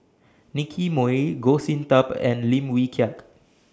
Nicky Moey Goh Sin Tub and Lim Wee Kiak